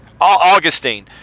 Augustine